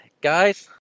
guys